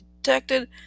detected